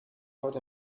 heute